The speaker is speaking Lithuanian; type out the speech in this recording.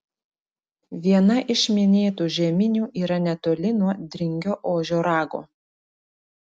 viena iš minėtų žeminių yra netoli nuo dringio ožio rago